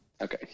Okay